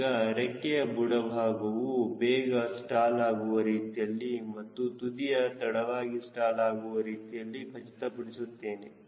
ಈಗ ರೆಕ್ಕೆಯ ಬುಡ ಭಾಗವು ಬೇಗ ಸ್ಟಾಲ್ಆಗುವ ರೀತಿಯಲ್ಲಿ ಮತ್ತು ತುದಿಯು ತಡವಾಗಿ ಸ್ಟಾಲ್ಆಗುವ ರೀತಿಯಲ್ಲಿ ಖಚಿತಪಡಿಸುತ್ತೇನೆ